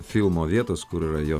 filmo vietos kur jo